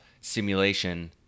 simulation